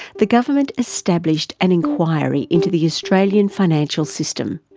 the government established an inquiry into the australian financial system.